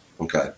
Okay